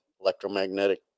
electromagnetic